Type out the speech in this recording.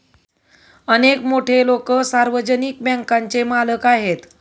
अनेक मोठे लोकं सार्वजनिक बँकांचे मालक आहेत